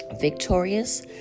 Victorious